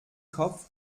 kopf